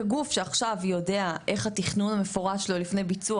כגוף שעכשיו יודע את התכנון המפורש שלו לפני ביצוע,